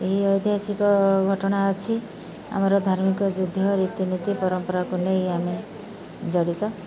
ଏହି ଐତିହାସିକ ଘଟଣା ଅଛି ଆମର ଧାର୍ମିକ ଯୁଦ୍ଧ ରୀତିନୀତି ପରମ୍ପରାକୁ ନେଇ ଆମେ ଜଡ଼ିତ